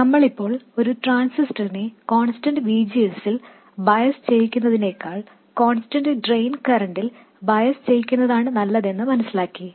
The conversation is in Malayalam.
നമ്മൾ ഇപ്പോൾ ഒരു ട്രാൻസിസ്റ്ററിനെ കോൺസ്റ്റന്റ് V G S ൽ ബയസ് ചെയ്യുന്നതിനെക്കാൾ കോൺസ്റ്റന്റ് ഡ്രെയിൻ കറൻറിൽ ബയസ് ചെയ്യിക്കുന്നതാണ് നല്ലതെന്ന് മനസിലാക്കി